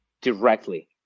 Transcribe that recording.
directly